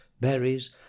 berries